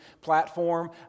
platform